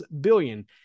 billion